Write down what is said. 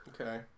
Okay